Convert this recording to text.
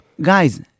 guys